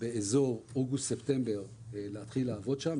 באזור אוגוסט-ספטמבר להתחיל לעבוד שם,